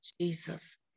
Jesus